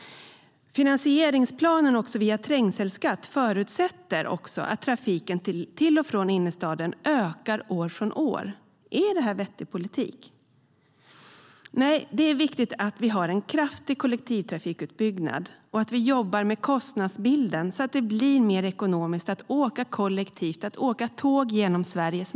Planen på finansiering via trängselskatt förutsätter också att trafiken till och från innerstaden ökar år från år. Är detta en vettig politik? Nej, det är viktigt att vi har en kraftig kollektivtrafikutbyggnad och att vi jobbar med kostnadsbilden, så att det blir mer ekonomiskt att åka kollektivt och att åka tåg genom Sverige.